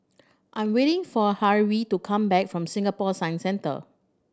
I'm waiting for Harvey to come back from Singapore Science Centre